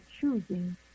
choosing